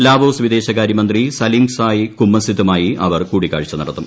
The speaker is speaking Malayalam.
ലാവോസ് വിദേശകാര്യമന്ത്രി സലിംക്സായ് കുമ്മസിത്തുമായി അവർ കൂടിക്കാഴ്ച നടത്തും